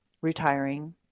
retiring